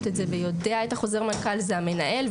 את זה ויודע את החוזר מנכ"ל זה המנהל,